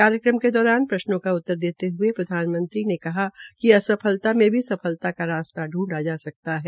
कार्यक्रम के दौरान प्रश्नों का उतर देते हये प्रधानमंत्री ने कहा कि असफलता में भी सफलता का रास्ता पूंधा जा सकता है